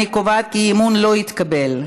אני קובעת כי האי-אמון לא התקבל.